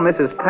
Mrs